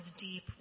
deep